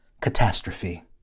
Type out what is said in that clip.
catastrophe